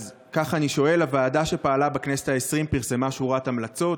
אז כך אני שואל: הוועדה שפעלה בכנסת העשרים פרסמה שורת המלצות: